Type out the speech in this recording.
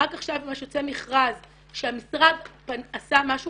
רק עכשיו ממש יוצא מכרז שהמשרד עשה משהו